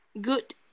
good